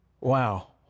Wow